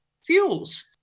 fuels